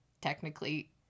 technically